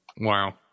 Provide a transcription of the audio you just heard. Wow